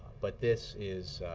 but this is